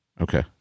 okay